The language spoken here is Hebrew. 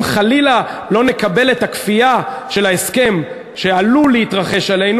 אם חלילה לא נקבל את הכפייה של ההסכם שעלול להתרחש עלינו,